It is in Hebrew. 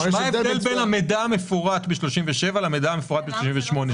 מה ההבדל בין המידע המפורט בסעיף 37 לבין המידע המפורט בסעיף 38?